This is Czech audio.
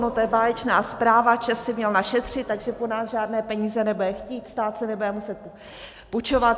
No to je báječná zpráva, ČEZ si měl našetřit, takže po nás žádné peníze nebude chtít, stát si nebude muset půjčovat.